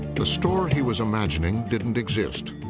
the store he was imagining didn't exist,